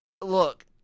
look